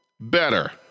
Better